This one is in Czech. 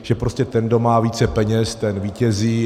Že prostě ten, kdo má více peněz, ten vítězí.